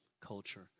culture